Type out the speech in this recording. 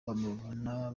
bamubona